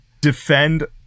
defend